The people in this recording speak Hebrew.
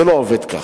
זה לא עובד כך.